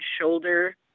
shoulder